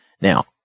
Now